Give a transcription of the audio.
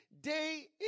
Day